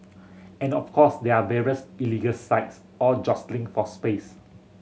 and of course there are various illegal sites all jostling for space